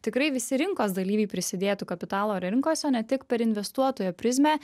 tikrai visi rinkos dalyviai prisidėtų kapitalo rinkose ne tik per investuotojo prizmę